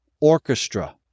orchestra